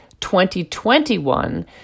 2021